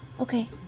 Okay